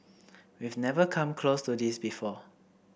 we've never come close to this before